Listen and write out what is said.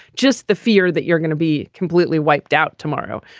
just the fear that you're gonna be completely wiped out tomorrow.